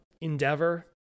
endeavor